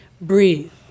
breathe